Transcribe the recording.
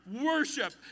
worship